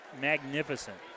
magnificent